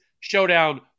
showdown